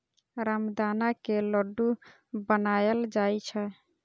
रामदाना के लड्डू बनाएल जाइ छै